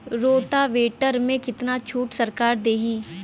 Rotavator में कितना छूट सरकार देही?